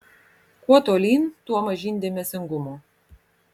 kuo tolyn tuo mažyn dėmesingumo